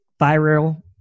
viral